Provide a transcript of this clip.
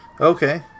Okay